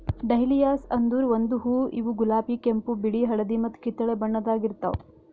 dahlias ಅಂದುರ್ ಒಂದು ಹೂವು ಇವು ಗುಲಾಬಿ, ಕೆಂಪು, ಬಿಳಿ, ಹಳದಿ ಮತ್ತ ಕಿತ್ತಳೆ ಬಣ್ಣದಾಗ್ ಇರ್ತಾವ್